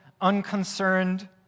unconcerned